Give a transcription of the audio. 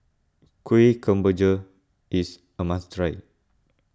Kuih Kemboja is a must try